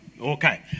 Okay